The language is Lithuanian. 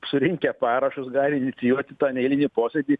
surinkę parašus gali inicijuoti to neeilinį posėdį